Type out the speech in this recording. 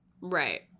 right